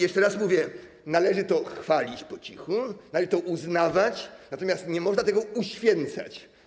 Jeszcze raz mówię, że należy to chwalić po cichu, należy to uznawać, natomiast nie można tego uświęcać.